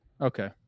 okay